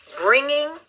Bringing